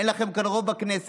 אין לכם כאן רוב בכנסת.